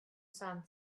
son